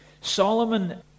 Solomon